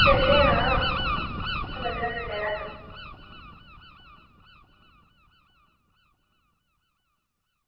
चलने आं दस पंदरां मिंट्ट तक